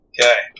Okay